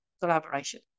collaboration